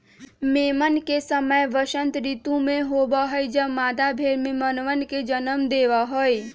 मेमन के समय वसंत ऋतु में होबा हई जब मादा भेड़ मेमनवन के जन्म देवा हई